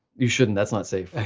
you shouldn't, that's not safe.